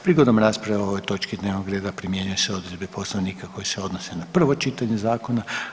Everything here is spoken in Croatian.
Prigodom rasprave o ovoj točki dnevnog reda primjenjuju se odredbe Poslovnika koje se odnose na prvo čitanje zakona.